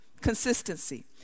consistency